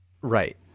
Right